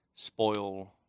spoil